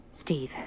Steve